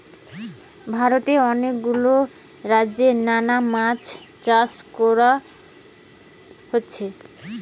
ভারতে অনেক গুলা রাজ্যে নানা মাছ চাষ কোরা হচ্ছে